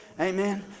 Amen